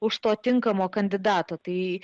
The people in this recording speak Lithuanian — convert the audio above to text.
už to tinkamo kandidato tai